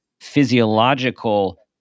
physiological